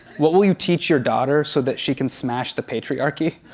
what will you teach your daughter so that she can smash the patriarchy?